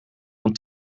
dan